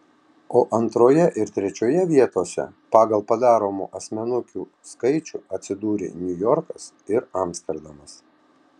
o antroje ir trečioje vietose pagal padaromų asmenukių skaičių atsidūrė niujorkas ir amsterdamas